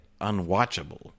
unwatchable